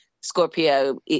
Scorpio